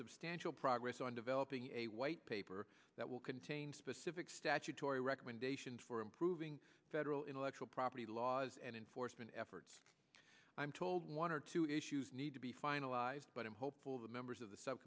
substantial progress on developing a white paper that will contain specific statutory recommendations for improving federal intellectual property laws and enforcement efforts i'm told one or two issues need to be finalized but i'm hopeful that members of the sub